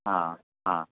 हां हां